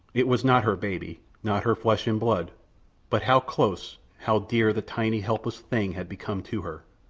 it was not her baby not her flesh and blood but how close, how dear the tiny, helpless thing had become to her.